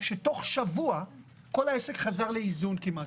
ראינו שתוך שבוע כל העסק כמעט חזר לאיזון.